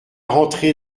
rentré